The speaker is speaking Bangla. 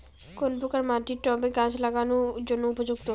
কোন প্রকার মাটি টবে গাছ লাগানোর জন্য উপযুক্ত?